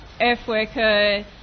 Earthworker